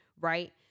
right